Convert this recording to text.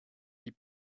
hip